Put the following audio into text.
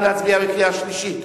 האם להצביע בקריאה השלישית?